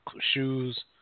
shoes